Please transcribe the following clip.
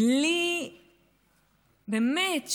באמת,